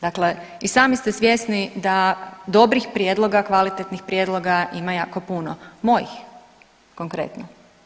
Dakle i sami ste svjesni da dobrih prijedloga, kvalitetnih prijedloga ima jako puno, mojih, konkretno.